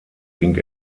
ging